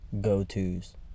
go-tos